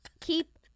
keep